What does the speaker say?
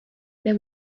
there